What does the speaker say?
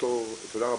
תודה רבה.